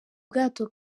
bwato